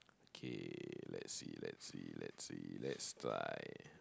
K let's see let's let's see let's see let's try